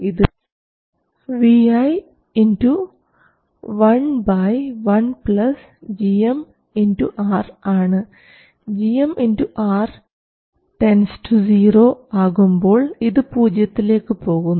ഇത് Vi 1 1 gm R ആണ് gm R 0 പോകുമ്പോൾ ഇത് പൂജ്യത്തിലേക്ക് പോകുന്നു